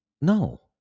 No